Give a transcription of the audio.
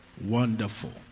Wonderful